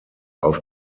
auf